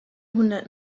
hundert